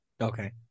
Okay